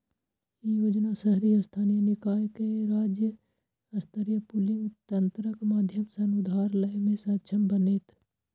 ई योजना शहरी स्थानीय निकाय कें राज्य स्तरीय पूलिंग तंत्रक माध्यम सं उधार लै मे सक्षम बनेतै